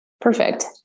Perfect